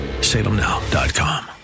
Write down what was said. Salemnow.com